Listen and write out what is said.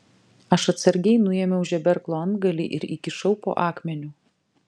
aš atsargiai nuėmiau žeberklo antgalį ir įkišau po akmeniu